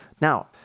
Now